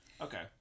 Okay